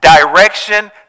direction